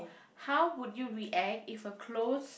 how would you react if a close